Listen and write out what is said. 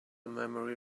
memory